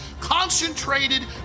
Concentrated